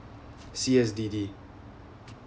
CSDD